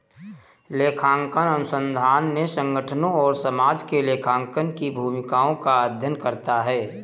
लेखांकन अनुसंधान ने संगठनों और समाज में लेखांकन की भूमिकाओं का अध्ययन करता है